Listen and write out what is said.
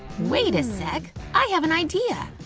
wait a sec, i have an idea.